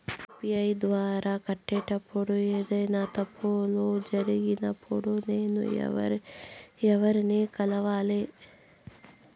UPI ద్వారా కట్టేటప్పుడు ఏదైనా తప్పులు జరిగినప్పుడు నేను ఎవర్ని కలవాలి?